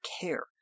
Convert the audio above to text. care